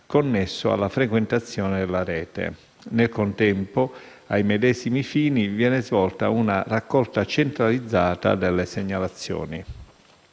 connesso alla frequentazione della Rete. Nel contempo, ai medesimi fini, viene svolta una raccolta centralizzata delle segnalazioni.